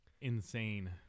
insane